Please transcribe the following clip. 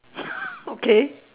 okay